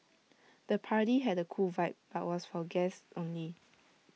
the party had A cool vibe but was for guests only